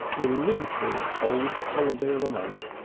illimitable old holiday of a month.